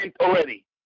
already